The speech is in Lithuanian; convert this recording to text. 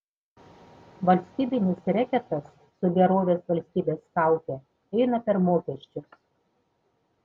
valstybinis reketas su gerovės valstybės kauke eina per mokesčius